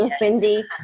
windy